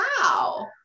wow